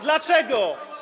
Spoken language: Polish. Dlaczego?